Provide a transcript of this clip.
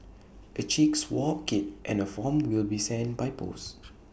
A cheek swab kit and A form will be sent by post